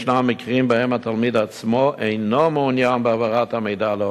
ישנם מקרים שבהם התלמיד עצמו אינו מעוניין בהעברת המידע להוריו.